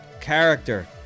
character